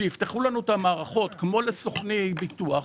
שיפתחו לנו את המערכות כמו לסוכני ביטוח,